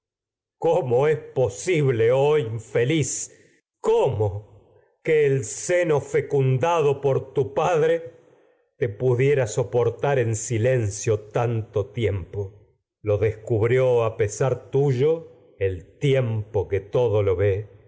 cómo seno es por posible tu oh infeliz pudiera cómo que el fecundado padre te soportar en silencio tanto tiempo lo descubrió a pesar tuyo el tiempo que todo lo ve